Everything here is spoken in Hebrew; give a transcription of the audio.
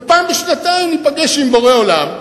ופעם בשנתיים ניפגש עם בורא עולם,